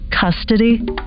Custody